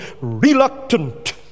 reluctant